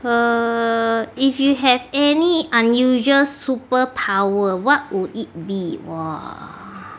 err if you have any unusual superpower what would it be !wah!